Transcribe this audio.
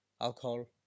alcohol